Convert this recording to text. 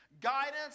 guidance